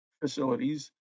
facilities